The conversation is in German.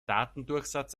datendurchsatz